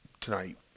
tonight